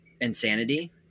insanity